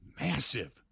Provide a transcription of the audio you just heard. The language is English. massive